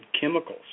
chemicals